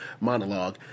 monologue